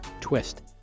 twist